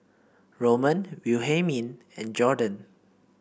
Roman Wilhelmine and Jorden